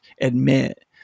admit